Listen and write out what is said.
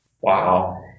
wow